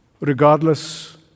regardless